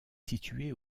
situé